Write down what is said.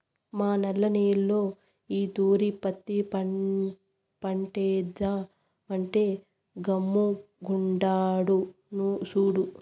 మా నల్ల నేల్లో ఈ తూరి పత్తి పంటేద్దామంటే గమ్ముగుండాడు సూడు